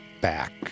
back